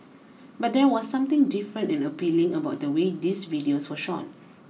but there was something different and appealing about the way these videos were shot